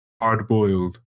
hard-boiled